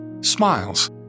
smiles